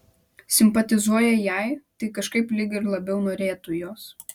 simpatizuoja jai tai kažkaip lyg ir labiau norėtų jos